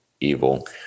evil